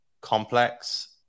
complex